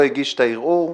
אם המערער לא נמצא, מה עושים?